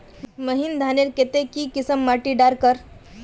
महीन धानेर केते की किसम माटी डार कर?